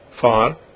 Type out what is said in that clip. far